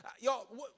Y'all